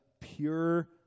pure